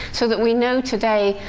so that we know today,